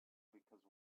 because